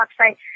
website